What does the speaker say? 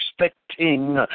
expecting